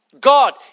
God